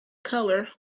colour